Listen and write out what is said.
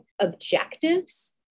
objectives